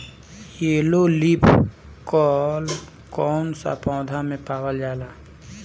Yellow leaf कल कौन सा पौधा में पावल जाला?